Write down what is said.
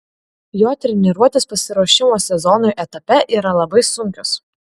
jo treniruotės pasiruošimo sezonui etape yra labai sunkios